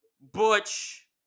Butch